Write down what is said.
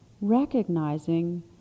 recognizing